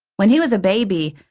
when he was a baby,